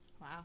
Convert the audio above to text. wow